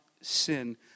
sin